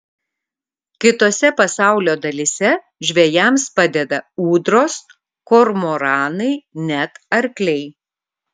kitose pasaulio dalyse žvejams padeda ūdros kormoranai net arkliai